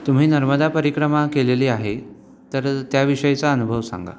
तुम्ही नर्मदा परिक्रमा केलेली आहे तर त्याविषयीचा अनुभव सांगा